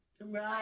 Right